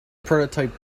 prototype